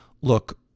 look